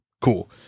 Cool